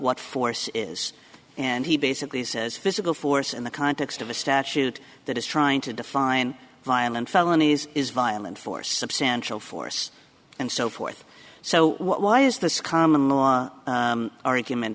what force is and he basically says physical force in the context of a statute that is trying to define violent felonies is violent force substantial force and so forth so why is this common law argument